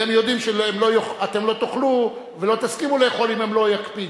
והם יודעים שאתם לא תאכלו ולא תסכימו לאכול אם הם לא יקפידו.